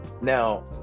now